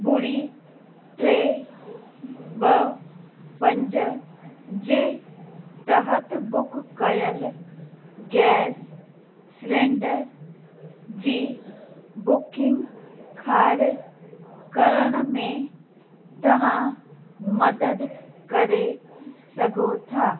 ॿुड़ी टे ॿ पंज जे तहत बुक कयल गैस सिलेंडर जी बुकिंग खारिज़ करण में तव्हां मदद करे सघो था